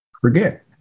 forget